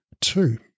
Two